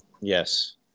Yes